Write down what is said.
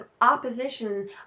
opposition